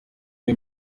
iyo